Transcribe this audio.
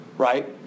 Right